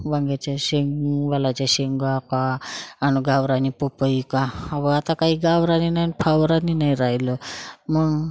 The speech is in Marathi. वांग्याच्या शेंगा वालाच्या शेंगा का आणि गावरानी पपई का अहो आता काही गावरानी ना आणि फावरानी ना राहिलं मग